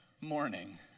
morning